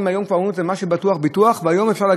בכלי רכב, בתאונות, זאת תופעה אחת.